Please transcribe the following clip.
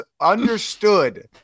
understood